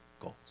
goals